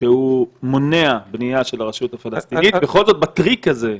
שהוא מונע בנייה של הרשות הפלסטינית בכל זאת בטריק הזה?